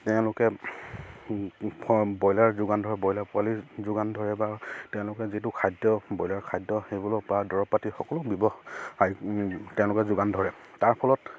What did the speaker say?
তেওঁলোকে ব্ৰইলাৰ যোগান ধৰে ব্ৰইলাৰ পোৱালিৰ যোগান ধৰে বা তেওঁলোকে যিটো খাদ্য ব্ৰইলাৰ খাদ্য সেইবোৰৰ পৰা দৰৱ পাতি সকলো ব্যৱসায় তেওঁলোকে যোগান ধৰে তাৰ ফলত